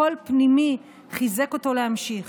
קול פנימי חיזק אותו להמשיך,